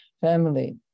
family